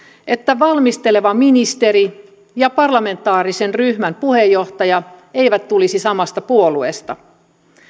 että valmisteleva ministeri ja parlamentaarisen ryhmän puheenjohtaja eivät tulisi samasta puolueesta